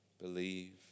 believe